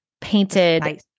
painted